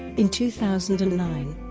in two thousand and nine,